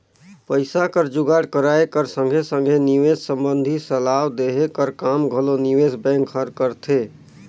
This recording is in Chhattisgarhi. पइसा कर जुगाड़ कराए कर संघे संघे निवेस संबंधी सलाव देहे कर काम घलो निवेस बेंक हर करथे